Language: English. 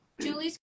julie's